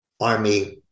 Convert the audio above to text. Army